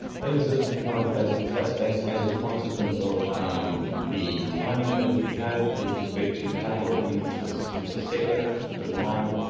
they exist in the private placement space, that's as a consequence of the timing that you have with respect to capital coming into so a sector, demand